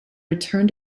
return